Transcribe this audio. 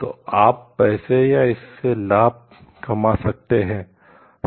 तो आप पैसे या इससे लाभ कमा सकते हैं